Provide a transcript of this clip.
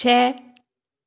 छः